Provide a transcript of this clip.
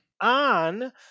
On